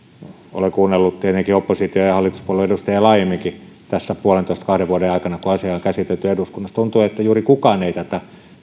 olen kuunnellut tietenkin opposition ja hallituspuolueiden edustajia laajemminkin tässä puolentoista kahden vuoden aikana kun asiaa on käsitelty eduskunnassa ja tuntuu että juuri kukaan ei tätä